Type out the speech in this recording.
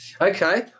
okay